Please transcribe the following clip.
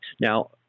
Now